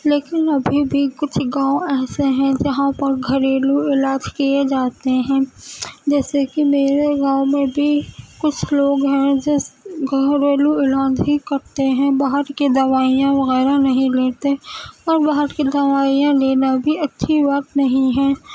لیكن ابھی بھی كچھ گاؤں ایسے ہیں جہاں پر گھریلو علاج کیے جاتے ہیں جیسے كہ میرے گاؤں میں بھی كچھ لوگ ہیں جو گھریلو علاج ہی کرتے ہیں باہر کے دوائیاں وغیرہ نہیں لیتے اور باہر کی دوائیاں لینا بھی اچھی بات نہیں ہے